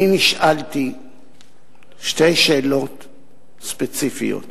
נשאלתי שתי שאלות ספציפיות: